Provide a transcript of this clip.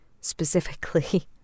specifically